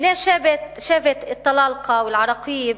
בני שבט, אל-טלאלקה ואל-עראקיב,